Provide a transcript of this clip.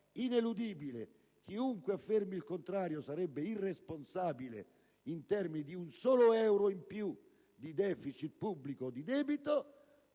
ineludibile (e chiunque affermi il contrario sarebbe un irresponsabile in termini di un solo euro in più di *deficit* pubblico o di debito),